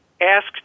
asked